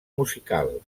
musical